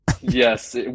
Yes